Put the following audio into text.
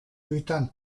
lluitant